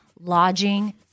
lodging